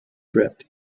wrapped